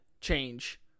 change